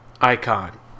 icon